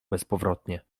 bezpowrotnie